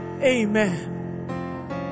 Amen